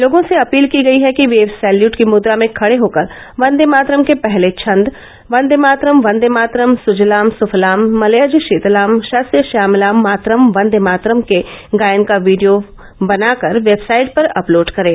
लोगों से अपील की गयी है कि वे सैत्यूट की मुद्रा में खड़े होकर वंदे मातरम के पहले छन्द वन्देमातरम वन्देमातरम सुजलाम सुफलाम मलयजशीतलाम शस्पशामलाम मातरम वन्देमातरम के गायन का वीडियो बनाकर वेबसाइट पर अपलोड करें